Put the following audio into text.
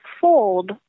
fold